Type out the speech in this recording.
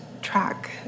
track